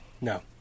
No